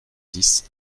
dix